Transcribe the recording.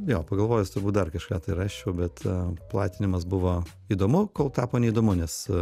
jo pagalvojus turbūt dar kažką tai rasčiau bet platinimas buvo įdomu kol tapo neįdomu nes